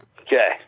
Okay